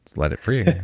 let it free